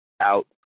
out